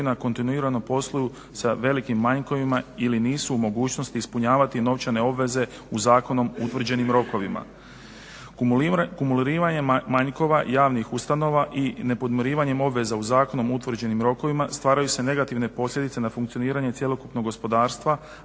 kontinuirano posluju sa velikim manjkovima ili nisu u mogućnosti ispunjavati novčane obveze u zakonom utvrđenim rokovima. Kumuliranje manjkova javnih ustanova i nepodmirivanjem obveza u zakonom utvrđenim rokovima, stvaraju se negativne posljedice na funkcioniranje cjelokupnog gospodarstva,